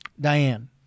Diane